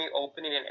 opening